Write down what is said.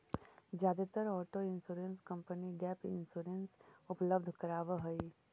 जादेतर auto insurance company gap insurance उपलब्ध करावऽ हई